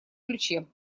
ключе